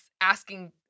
asking